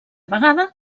vegada